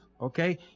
okay